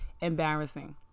embarrassing